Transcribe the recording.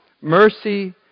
Mercy